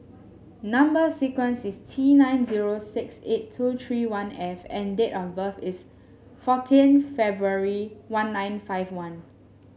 number sequence is T nine zero six eight two three one F and date of birth is fourteen February one nine five one